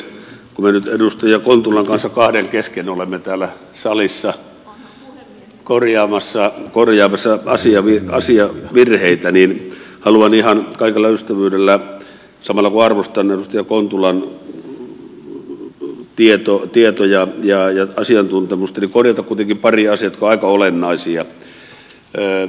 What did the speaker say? kun me nyt edustaja kontulan kanssa kahden kesken olemme täällä salissa korjaamassa asiavirheitä niin haluan ihan kaikella ystävyydellä samalla kun arvostan edustaja kontulan tietoja ja asiantuntemusta korjata kuitenkin pari asiaa jotka ovat aika olennaisia